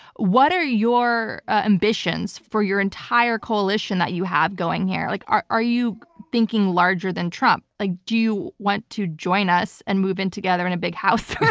what are your ambitions for your entire coalition that you have going here? like are are you thinking larger than trump? like do you want to join us and move in together in a big house?